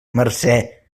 mercè